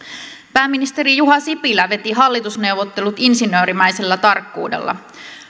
pääministeri juha sipilä veti hallitusneuvottelut insinöörimäisellä tarkkuudella